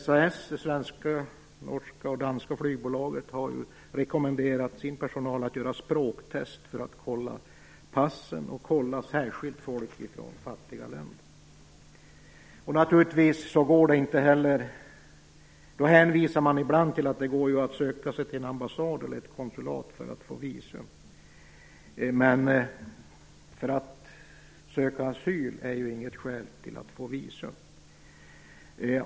SAS, det svenska, norska och danska flygbolaget, har rekommenderat sin personal att göra språktest, att kolla passen och att särskilt kolla folk från fattiga länder. Då hänvisar man ibland till att det ju går att söka sig till en ambassad eller ett konsulat för att få visum, men att söka asyl är ju inget skäl för att få visum.